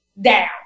down